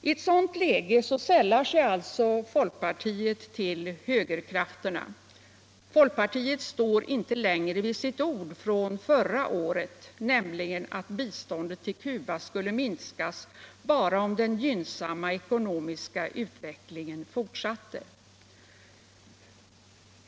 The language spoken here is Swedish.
I ett sådant läge sällar sig alltså folkpartiet till högerkrafterna. Folkpartiet står inte längre vid sitt ord från förra året, nämligen att biståndet till Cuba skulle minskas bara om den gynnsamma ekonomiska utvecklingen fortsatte.